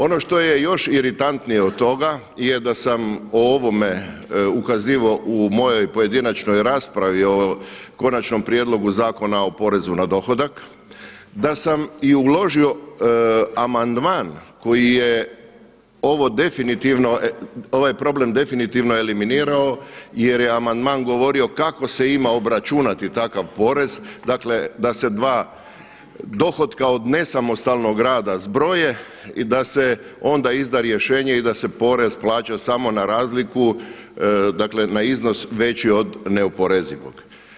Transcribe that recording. Ono što je još iritantnije od toga je da sam o ovome ukazivao u mojoj pojedinačnoj raspravi o Konačnom prijedlogu zakona o porezu na dohodak, da sam i uložio amandman koji je ovo definitivno, ovaj problem definitivno eliminirao jer je amandman govorio kako se ima obračunati takav porez, dakle da se dva dohotka od nesamostalnog rada zbroje i da se onda izda rješenje i da se porez plaća samo na razliku, dakle na iznos veći od neoporezivog.